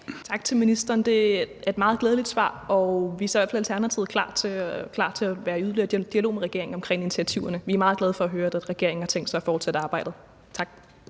Tak til ministeren. Det er et meget glædeligt svar. Vi er i Alternativet i hvert fald klar til at være i yderligere dialog med regeringen om initiativerne. Vi er meget glade for at høre, at regeringen har tænkt sig at fortsætte arbejdet. Tak.